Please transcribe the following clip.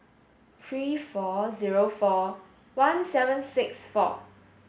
three four zero four one seven six four